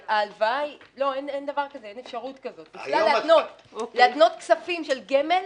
אין אפשרות כזו בכלל להתנות כספים של גמל.